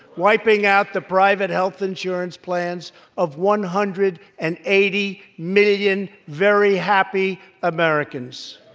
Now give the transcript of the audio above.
wiping out the private health insurance plans of one hundred and eighty million very happy americans.